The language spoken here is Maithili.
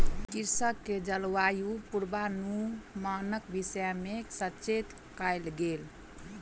कृषक के जलवायु पूर्वानुमानक विषय में सचेत कयल गेल